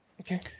Okay